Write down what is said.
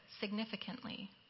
significantly